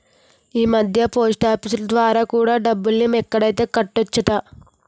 ఈమధ్య పోస్టాఫీసులు ద్వారా కూడా డబ్బుల్ని ఎక్కడైనా కట్టొచ్చట